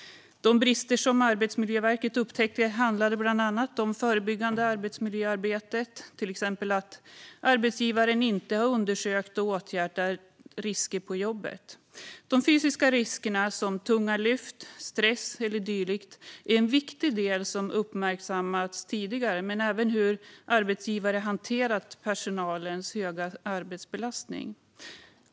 De brister som Arbetsmiljöverket upptäckt handlar bland annat om förebyggande arbetsmiljöarbete, till exempel att arbetsgivaren inte har undersökt och åtgärdat risker på jobbet. De fysiska riskerna såsom tunga lyft, stress och dylikt är en viktig del som uppmärksammats tidigare, men det handlar även om hur arbetsgivare hanterat personalens höga arbetsbelastning.